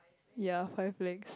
ya five legs